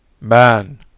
Man